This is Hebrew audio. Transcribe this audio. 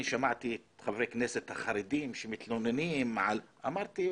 שמעתי את חברי הכנסת החרדים שמתלוננים על אמרתי,